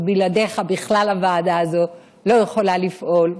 שבלעדיך בכלל הוועדה הזאת לא יכולה לפעול,